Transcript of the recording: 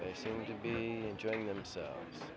they seem to be enjoying themselves